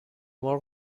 مرغ